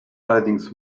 allerdings